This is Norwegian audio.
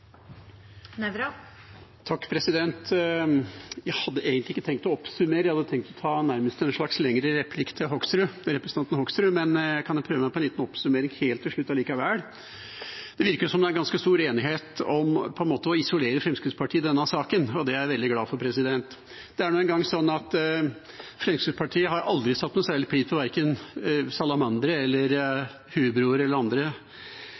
Jeg hadde egentlig ikke tenkt å oppsummere, jeg hadde tenkt å ta nærmest en slags lengre replikk til representanten Hoksrud, men jeg kan prøve meg på en liten oppsummering helt til slutt likevel. Det virker som det er ganske stor enighet om å isolere Fremskrittspartiet i denne saken, og det er jeg veldig glad for. Det er nå en gang sånn at Fremskrittspartiet aldri har satt noe særlig pris på verken salamandere, hubroer eller andre